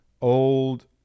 old